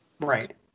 right